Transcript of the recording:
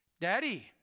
Daddy